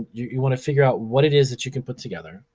you you wanna figure out what it is that you can put together.